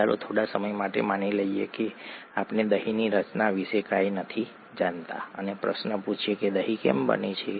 ચાલો થોડા સમય માટે માની લઈએ કે આપણે દહીંની રચના વિશે કંઈ નથી જાણતા અને પ્રશ્ન પૂછીએ કે દહીં કેમ બને છે